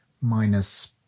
minus